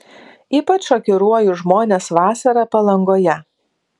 ypač šokiruoju žmones vasarą palangoje